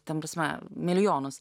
ta prasme milijonus